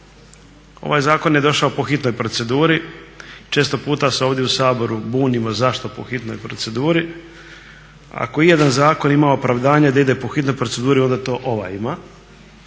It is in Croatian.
ovaj zakon je došao po hitnoj proceduri. Često puta se ovdje u Saboru bunimo zašto po hitnoj proceduri, ako ijedan zakon ima opravdanje da ide po hitnoj proceduri onda je to ovaj ima